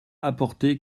apporter